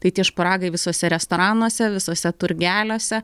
tai tie šparagai visuose restoranuose visuose turgeliuose